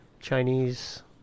chinese